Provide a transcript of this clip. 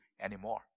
anymore